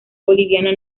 boliviana